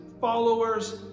followers